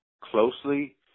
closely